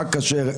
מה כשר,